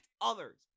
others